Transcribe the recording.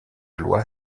loi